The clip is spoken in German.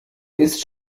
ist